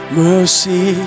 mercy